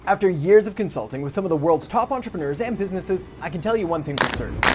after years of consulting with some of the world's top entrepreneurs and businesses, i can tell you one thing for certain.